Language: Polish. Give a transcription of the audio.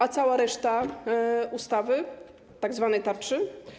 A cała reszta ustawy, tzw. tarczy?